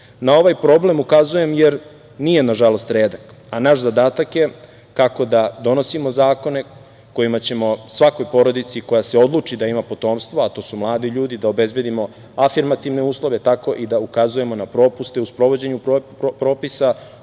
ovaj problem ukazujem, jer nije nažalost redak, a naš zadatak je kako da donosimo zakone kojima ćemo svakoj porodici koja se odluči da ima potomstvo, a to su mladi ljudi, da obezbedimo afirmativne uslove, tako i da ukazujemo na propuste u sprovođenju propisa.